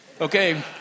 Okay